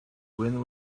when